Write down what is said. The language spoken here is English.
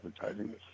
advertising